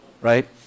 Right